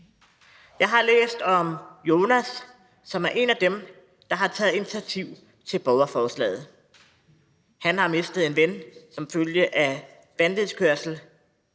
Jeg har læst om Jonas, som er en af dem, der har taget initiativ til borgerforslaget. Han har mistet en ven som følge af vanvidskørsel.